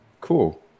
cool